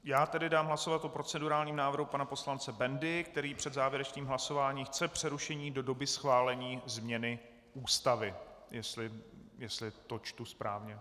Dám tedy hlasovat o procedurálním návrhu pana poslance Bendy, který před závěrečným hlasováním chce přerušení do doby schválení změny Ústavy jestli to čtu správně.